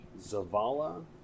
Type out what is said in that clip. Zavala